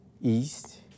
east